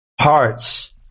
hearts